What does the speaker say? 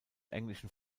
englischen